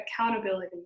accountability